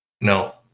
No